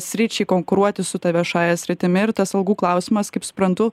sričiai konkuruoti su ta viešąja sritimi ir tas algų klausimas kaip suprantu